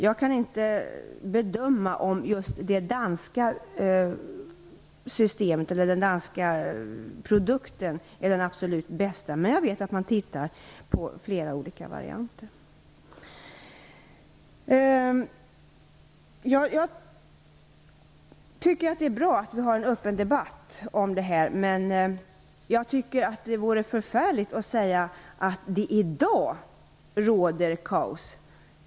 Jag kan inte bedöma om just det danska systemet eller den danska produkten är den absolut bästa, men jag vet att man tittar på flera varianter. Jag tycker att det är bra att vi har en öppen debatt om det här, men det vore förfärligt att säga att det i dag råder kaos.